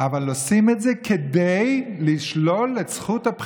איך אפשר שבן אנוש, איך יכול להיות שהדיו עוד